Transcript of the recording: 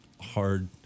hard